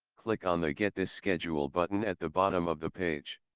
click on the get this schedule button at the bottom of the page.